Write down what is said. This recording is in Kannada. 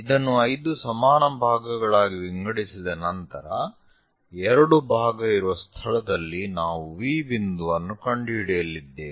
ಇದನ್ನು 5 ಸಮಾನ ಭಾಗಗಳಾಗಿ ವಿಂಗಡಿಸಿದ ನಂತರ ಎರಡು ಭಾಗ ಇರುವ ಸ್ಥಳದಲ್ಲಿ ನಾವು V ಬಿಂದುವನ್ನು ಕಂಡುಹಿಡಿಯಲಿದ್ದೇವೆ